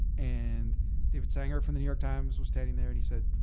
and david sanger from the new york times was standing there and he said,